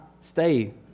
stay